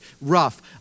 rough